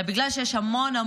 אלא בגלל שיש המון,